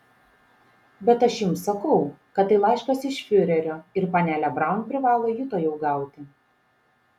bet aš jums sakau kad tai laiškas iš fiurerio ir panelė braun privalo jį tuojau gauti